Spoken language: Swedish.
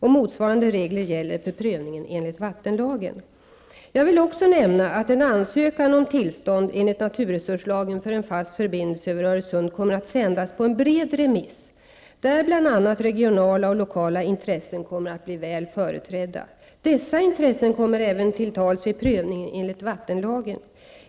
Motsvarande regler gäller för prövningen enligt vattenlagen. Jag vill också nämna att en ansökan om tillstånd enligt naturresurslagen för en fast förbindelse över Öresund kommer att sändas på en bred remiss, där bl.a. regionala och lokala intressen kommer att bli väl företrädda. Dessa intressen kommer även till tals vid prövningen enligt vattenlagen.